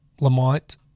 Lamont